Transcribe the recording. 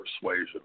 persuasion